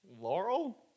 Laurel